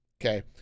okay